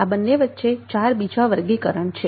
આ બંનેની વચ્ચે ચાર બીજા વર્ગીકરણ છે